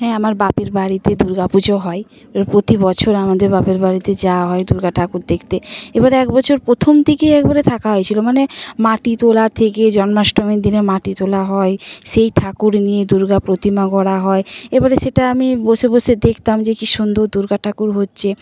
হ্যাঁ আমার বাপেরবাড়িতে দুর্গা পুজো হয় এ প্রতি বছর আমাদের বাপের বাড়িতে যাওয়া হয় দুর্গা ঠাকুর দেখতে এবারে একবছর প্রথম থেকেই একবারে থাকা হয়েছিলো মানে মাটি তোলা থেকে জন্মাষ্টমীর দিনে মাটি তোলা হয় সেই ঠাকুর নিয়ে দুর্গা প্রতিমা গড়া হয় এবারে সেটা আমি বসে বসে দেখতাম যে কি সুন্দর দুর্গা ঠাকুর হচ্ছে